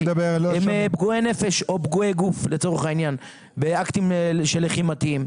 הם פגועי נפש או פגועי גוף באקטים לחימתיים.